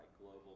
global